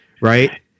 right